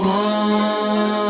one